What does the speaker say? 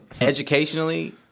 educationally